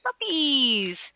Puppies